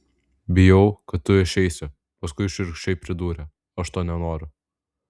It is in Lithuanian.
bijau kad tu išeisi paskui šiurkščiai pridūrė aš to nenoriu